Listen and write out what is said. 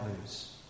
lose